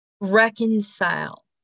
reconcile